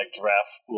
draft